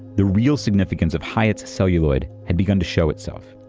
the real significance of hyatt's celluloid had begun to show itself.